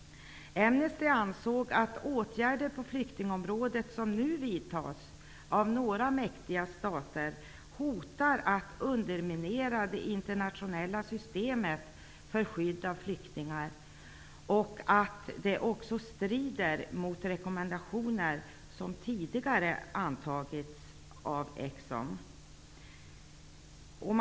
Amnesty ansåg att de åtgärder på flyktingområdet som nu vidtas av några mäktiga stater hotar att underminera det internationella systemet för skydd av flyktingar. Man ansåg också att åtgärderna strider mot de rekommendationer som tidigare antagits av Excom.